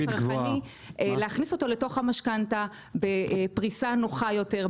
צרכני להכניס אותו לתוך המשכנתה בפריסה נוחה יותר,